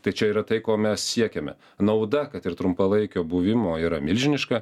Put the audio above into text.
tai čia yra tai ko mes siekiame nauda kad ir trumpalaikio buvimo yra milžiniška